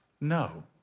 no